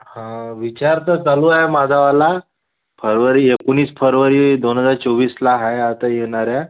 विचार तर चालू आहे माझावाला फरवरी एकोणीस फरवरी दोन हजार चोवीसला आहे आता येणाऱ्या